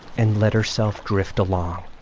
and let herself drift along